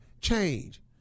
Change